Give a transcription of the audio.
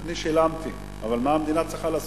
אני שילמתי, אבל מה המדינה צריכה לעשות?